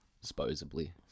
supposedly